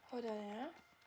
hold on ya